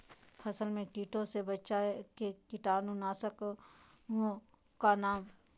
फसल में कीटों से बचे के कीटाणु नाशक ओं का नाम?